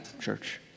church